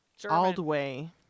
Aldway